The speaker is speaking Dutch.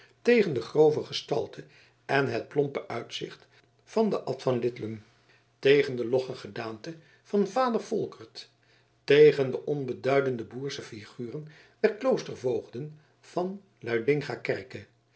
tegen de grove gestalte en het plompe uitzicht van den abt van lidlum tegen de logge gedaante van vader volkert tegen de onbeduidende boersche figuren der kloostervoogden van